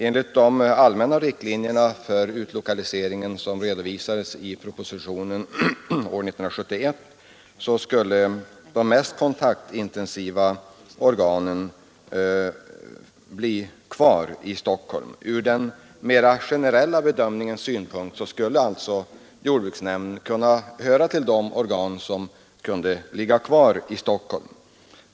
Enligt de allmänna riktlinjer för utlokaliseringen, som redovisades i propositionen år 1971, skulle de mest kontaktintensiva organen bli kvar i Stockholm. Ur den mera generella bedömningens synpunkt skulle alltså jordbruksnämnden kunna höra till de organ som kunde ligga kvar i Stockholm.